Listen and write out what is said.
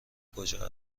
کجا